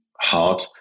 hard